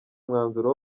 umwanzuro